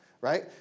Right